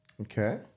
Okay